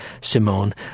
Simone